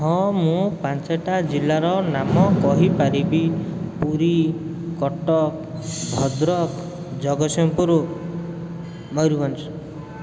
ହଁ ମୁଁ ପାଞ୍ଚଟା ଜିଲ୍ଲାର ନାମ କହିପାରିବି ପୁରୀ କଟକ ଭଦ୍ରକ ଜଗତସିଂହପୁର ମୟୁରଭଞ୍ଜ